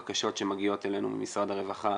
אנחנו בוחנים בקשות שמגיעות אלינו ממשרד הרווחה